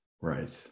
Right